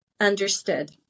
understood